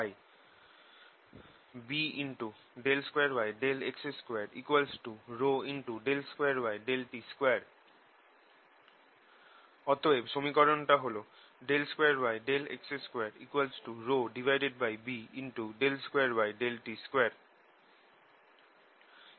B2yx2 2yt2 অতএব সমীকরণ টা হল 2yx2 B2yt2